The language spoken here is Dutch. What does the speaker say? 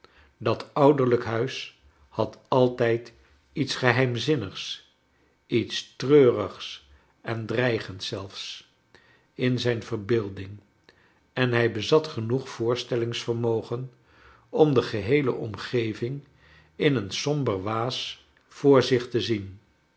dat ouderlijk huis had altijd iets geheimzinnigs iets treurigs en dreigends zelfs in zijn verbeelding en hij bezat genoeg voorstellingsvermogen om de geheele omgeving in een somber waas voor zich te zien